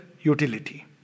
utility